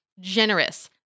generous